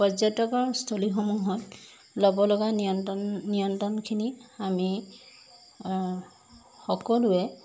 পৰ্যটকৰ স্থলীসমূহত ল'ব লগা নিয়ন্ত্ৰণ নিয়ন্ত্ৰণখিনি আমি সকলোৱে